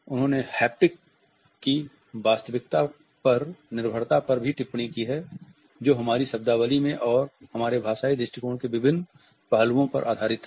उन्होंने हैप्टिक की वास्तविकता पर निर्भरता पर भी टिप्पणी की है जो हमारी शब्दावली में और हमारे भाषाई दृष्टिकोण के विभिन्न पहलुओं पर आधारित है